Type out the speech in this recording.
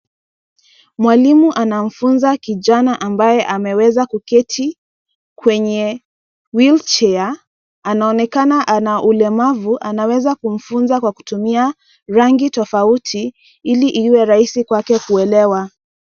Mwalimu anamfunza kijana ambaye ameweza kuketi kwenye wheelchair .Anaonekana ana ulemavu. Anaweza kumfunza kwa kutumia rangi tofauti ili iwe rahisi kwake kuelewa.